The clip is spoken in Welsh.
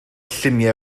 lluniau